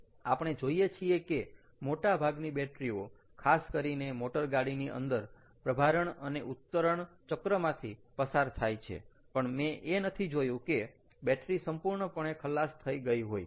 આપણે જોઈએ છીએ કે મોટાભાગની બેટરી ઓ ખાસ કરીને મોટરગાડીની અંદર પ્રભારણ અને ઉતરણ ચક્રમાંથી પસાર થાય છે પણ મેં એ નથી જોયું કે બેટરી સંપૂર્ણપણે ખલાસ થઈ ગઈ હોય